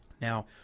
Now